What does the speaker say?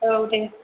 औ दे